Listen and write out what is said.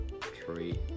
Three